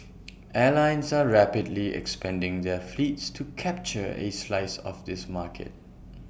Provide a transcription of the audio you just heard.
airlines are rapidly expanding their fleets to capture A slice of this market